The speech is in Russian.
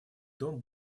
дом